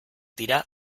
dira